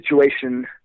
situation